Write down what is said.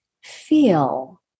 feel